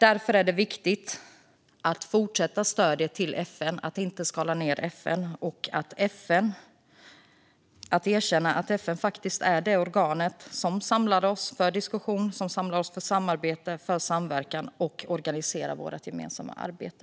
Därför är det viktigt att fortsätta stödet till FN så att FN inte skalas ned och att erkänna att FN faktiskt är det organ som samlar oss till diskussion, samarbete och samverkan och organiserar vårt gemensamma arbete.